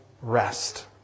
rest